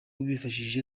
bifashishije